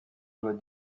doit